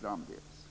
framdeles.